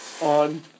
on